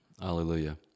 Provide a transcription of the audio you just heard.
Hallelujah